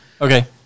Okay